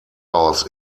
aus